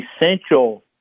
essential